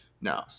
No